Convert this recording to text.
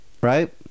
right